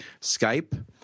Skype